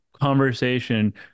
conversation